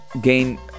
gain